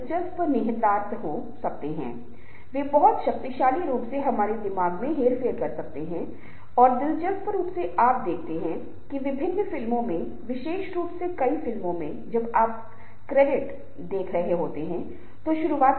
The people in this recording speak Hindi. परस्पर निर्भर इंटरडेपेंडेंट Interdependent का मतलब है कि लोग हमेशा टीम की तरह एक दुसरे पर निर्भर होते हैं और एक सदस्य यह नहीं कह सकता की मैं सबसे अच्छा हूँ